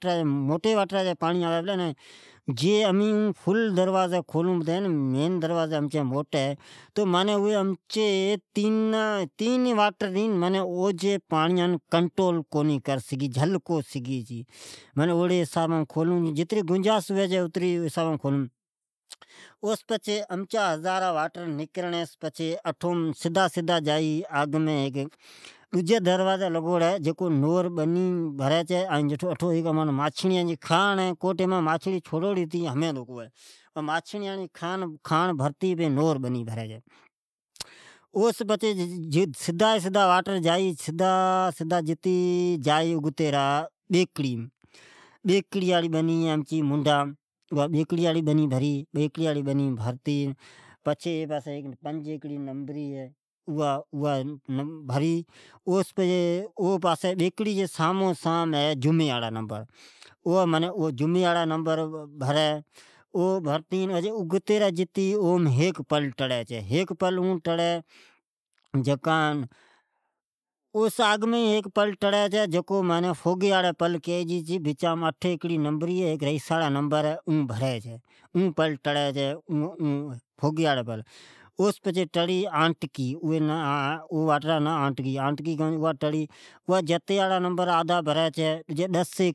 جیکڈھن امین اون مین دروازی فل کھولی تو اوی تینی واٹر دب کو پٹی ایڑی پانڑی تیز ائی چھے ،اوی جھل کو سگھی سیپچھی اتری پانڑی کھولون جکو جتری ضرورت ھوی چھی اتری کھولون چھون ، اوس پچھے یزاریا راٹر جا چھے اھتا ھیک نوربنی آوی چھے اوا این ماچھیڑیا جی کھاڑ ھی اٹھو دو لگوڑی ھی ،اوا کھنڑ بھری چھے این نور بنی بھری چھے ۔ اوس پچھے سدا سدا جئی پچھے بیکڑی جی بنی بھر این پنج نمبر او بھری اوس بیکری جہی سمی ھی جمعون جا نمبر اون بھاراوی ۔ اوس پرین فوگھی جو پل ٹڑی چھے اون ریئسا جا نمبر بھری چھے این ڈجی پل ھے آیٹکی پل اونجتھے جای ایکڑ بھری چھے